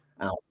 out